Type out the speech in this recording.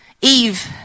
Eve